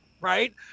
right